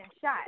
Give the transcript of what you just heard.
shot